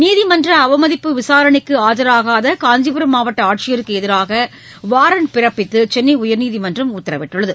நீதிமன்ற அவமதிப்பு விசாரணைக்கு ஆஜராகாத காஞ்சிபுரம் மாவட்ட ஆட்சியருக்கு எதிராக வாரன்ட் பிறப்பித்து சென்னை உயர்நீதிமன்றம் உத்தரவிட்டுள்ளது